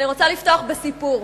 אני רוצה לפתוח בסיפור.